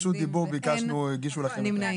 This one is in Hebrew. הצבעה בעד, 2 נגד, 0 נמנעים,